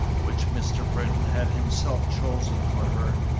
which mr. britton had himself chosen for her,